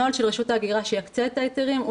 הנוהל של רשות ההגירה שיקצה את ההיתרים הוא